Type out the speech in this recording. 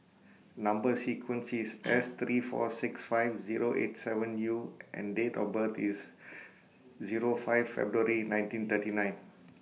Number sequence IS S three four six five Zero eight seven U and Date of birth IS Zero five February nineteen thirty nine